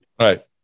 Right